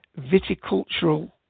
Viticultural